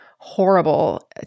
horrible